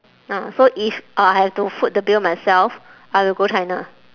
ah so if I have to foot the bill myself I will go china